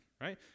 right